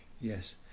Yes